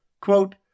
Quote